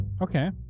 Okay